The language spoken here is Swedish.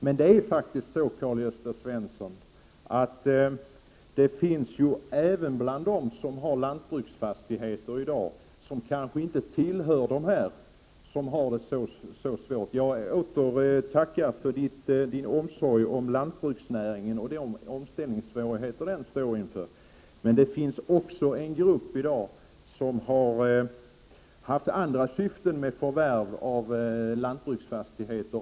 Men det finns faktiskt de bland dem som äger lantbruksfastigheter i dag som kanske inte tillhör dem som har det så svårt. Jag tackar för omtanken om lantbruksnäringen och de omställningssvårigheter som den står inför, men det finns också en grupp som har haft andra syften med sina förvärv av lantbruksfastigheter.